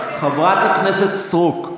חברת הכנסת סטרוק,